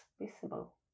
visible